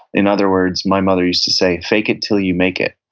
in other words, my mother used to say, fake it until you make it.